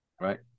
Right